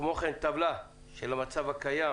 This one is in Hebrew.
כמו כן, טבלה של המצב הקיים